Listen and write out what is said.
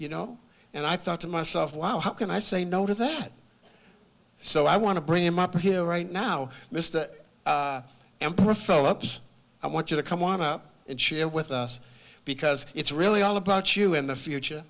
you know and i thought to myself wow how can i say no to that so i want to bring him up here right now mister m professor ups i want you to come on up and share with us because it's really all about you in the future